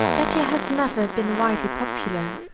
yet he has never been widely popular,